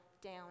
down